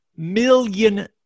Million